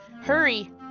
hurry